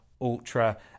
ultra